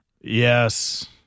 Yes